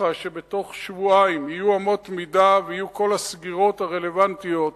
שהבטיחה שבתוך שבועיים יהיו אמות מידה ויהיו כל הסגירות הרלוונטיות,